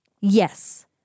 Yes